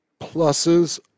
pluses